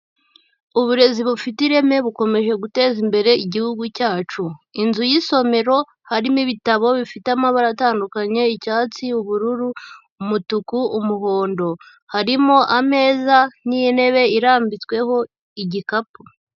Uburezi bufite ireme bukomeje guteza imbere igihugu cyacu, inzu y'isomero harimo ibitabo bifite amabara atandukanye: icyatsi, ubururu, umutuku, umuhondo, harimo ameza n'intebe irambitsweho igikapu.